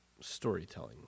storytelling